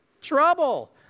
trouble